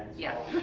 yes,